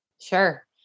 Sure